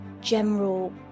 general